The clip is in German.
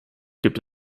gibt